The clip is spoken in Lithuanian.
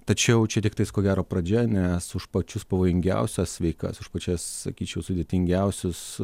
tačiau čia tiktais ko gero pradžia nes už pačius pavojingiausias veikas už pačias sakyčiau sudėtingiausius